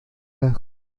las